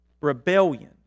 Rebellion